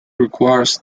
requires